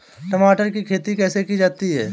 टमाटर की खेती कैसे की जा सकती है?